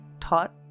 taught